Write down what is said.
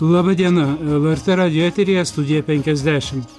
laba diena lrt radijo eteryje studija penkiasdešimt